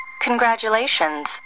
Congratulations